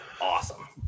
awesome